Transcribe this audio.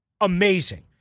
amazing